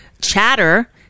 chatter